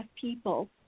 people